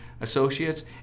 associates